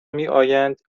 میآیند